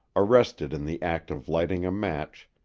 arrested in the act of lighting a match,